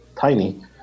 tiny